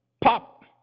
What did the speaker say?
pop